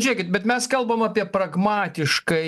žiūrėkit bet mes kalbam apie pragmatiškai